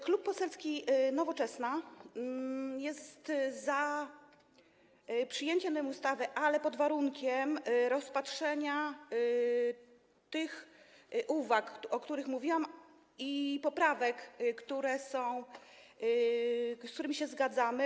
Klub Poselski Nowoczesna jest za przyjęciem ustawy, ale pod warunkiem rozpatrzenia tych uwag, o których mówiłam, i poprawek Platformy Obywatelskiej, z którymi się zgadzamy.